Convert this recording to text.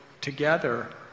together